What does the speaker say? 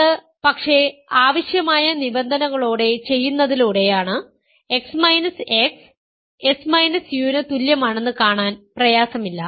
അത് പക്ഷേ ആവശ്യമായ നിബന്ധനകളോടെ ചെയ്യുന്നതിലൂടെയാണ് x x s u ന് തുല്യമാണെന്ന് കാണാൻ പ്രയാസമില്ല